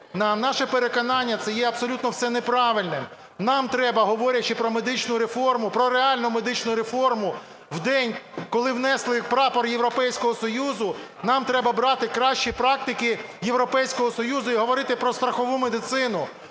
наше переконання, це є абсолютно все неправильним. Нам треба, говорячи про медичну реформу, про реальну медичну реформу, в день, коли внесли прапор Європейського Союзу, нам треба брати кращі практики Європейського Союзу і говорити про страхову медицину,